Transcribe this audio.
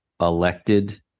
elected